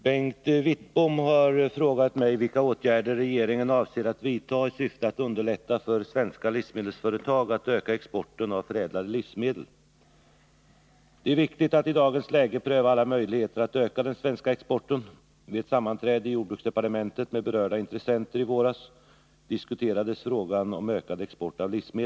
Herr talman! Bengt Wittbom har frågat mig vilka åtgärder regeringen avser att vidta i syfte att underlätta för svenska livsmedelsföretag att öka exporten av förädlade livsmedel. Det är viktigt att i dagens läge pröva alla möjligheter att öka den svenska Nr 28 exporten. Vid ett sammanträde i jordbruksdepartementet med berörda Tisdagen den intressenter i våras diskuterades frågan om ökad export av livsmedel.